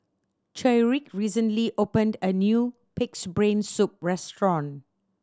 Tyriq recently opened a new Pig's Brain Soup restaurant